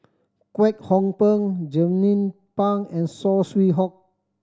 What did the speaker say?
Kwek Hong Png Jernnine Pang and Saw Swee Hock